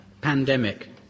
Pandemic